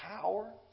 power